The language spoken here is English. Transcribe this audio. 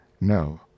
No